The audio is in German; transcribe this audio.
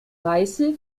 weiße